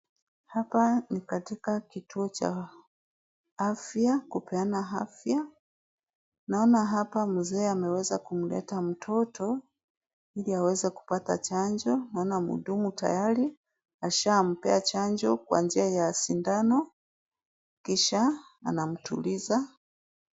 Hapa ni katika kituo cha afya kupeana afya. Naona hapa mzee ameweza kumleta mtoto ili aweze kupata chanjo. Naona mhudumu tayari ashampea chanjo kuanzia ya sindano kisha anamtuliza.